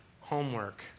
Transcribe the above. homework